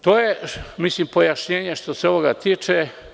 To je pojašnjenje što se ovoga tiče.